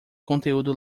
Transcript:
conteúdo